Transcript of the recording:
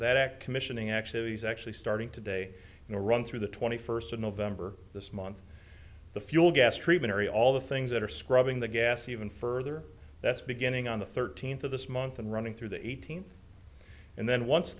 that act commissioning actually is actually starting today in a run through the twenty first of november this month the fuel gas treatment area all the things that are scrubbing the gas even further that's beginning on the thirteenth of this month and running through the eighteenth and